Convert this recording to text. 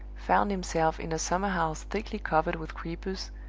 found himself in a summer-house thickly covered with creepers,